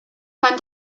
fan